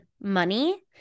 money